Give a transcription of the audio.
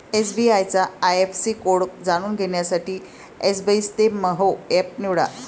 SBI चा IFSC code जाणून घेण्यासाठी एसबइस्तेमहो एप निवडा